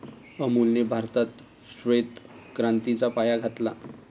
अमूलने भारतात श्वेत क्रांतीचा पाया घातला